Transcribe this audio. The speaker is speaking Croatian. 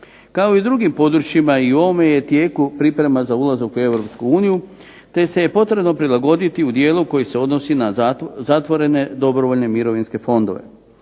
Kao i u drugim područjima i u ovome je tijeku priprema za ulazak u Europsku uniju, te se je potrebno prilagoditi u dijelu koji se odnosi na zatvorene dobrovoljne mirovinske fondove.